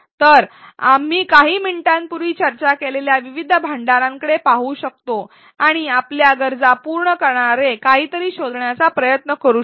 तर आपण काही मिनिटांपूर्वी चर्चा केलेल्या विविध भांडारांकडे पाहू शकतो आणि आपल्या गरजा पूर्ण करणारे काहीतरी शोधण्याचा प्रयत्न करू शकतो